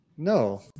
No